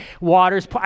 water's